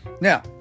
Now